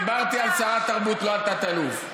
דיברתי על שרת התרבות, לא על תת-אלוף.